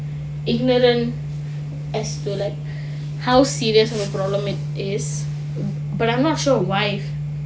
ignorant as to like how serious a problem it is but I'm not sure why